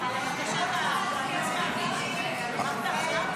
על בקשת הקואליציה אמרת עכשיו?